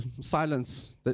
silence